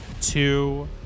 Two